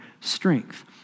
strength